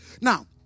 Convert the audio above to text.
Now